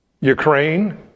Ukraine